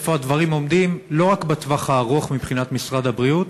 איפה הדברים עומדים לא רק לטווח הארוך מבחינת משרד הבריאות,